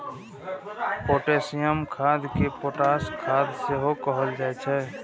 potassium खाद कें potash खाद सेहो कहल जाइ छै